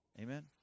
Amen